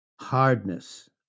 hardness